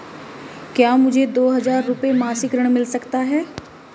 क्या मुझे दो हज़ार रुपये मासिक ऋण मिल सकता है?